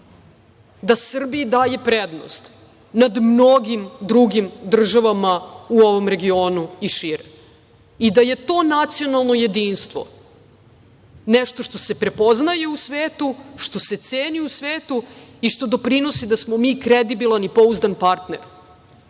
da Srbiji daje prednost nad mnogim drugim državama u ovom regionu i širi i da je to nacionalno jedinstvo nešto što se prepoznaje i ceni u svetu i što doprinosi da smo mi kredibilan i pouzdan partner.